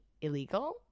illegal